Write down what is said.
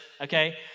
okay